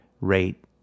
rate